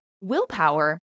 Willpower